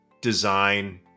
design